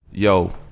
Yo